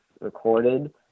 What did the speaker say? recorded